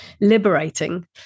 liberating